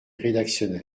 rédactionnel